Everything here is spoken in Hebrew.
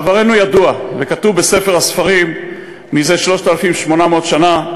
עברנו ידוע וכתוב בספר הספרים זה 3,800 שנה: